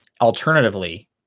alternatively